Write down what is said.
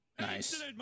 Nice